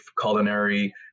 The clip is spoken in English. culinary